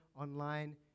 online